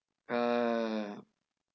uh